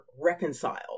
reconciled